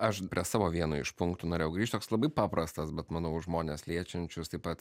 aš prie savo vieno iš punktų norėjau grįžt toks labai paprastas bet manau žmones liečiančius taip pat